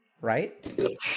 Right